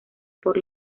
por